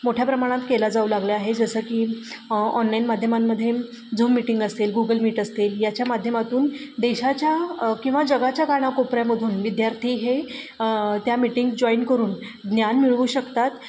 मोठ्या प्रमाणात केला जाऊ लागला आहे जसं की ऑनलाईन माध्यमांमध्ये झूम मीटिंग असतील गुगल मीट असतील याच्या माध्यमातून देशाच्या किंवा जगाच्या कानाकोपऱ्यामधून विद्यार्थी हे त्या मीटिंग जॉईन करून ज्ञान मिळवू शकतात